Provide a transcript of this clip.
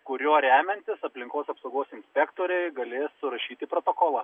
kuriuo remiantis aplinkos apsaugos inspektoriai galės surašyti protokolą